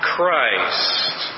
Christ